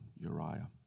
Uriah